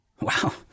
Wow